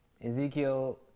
Ezekiel